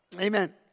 Amen